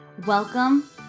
Welcome